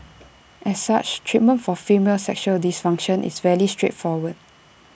as such treatment for female sexual dysfunction is rarely straightforward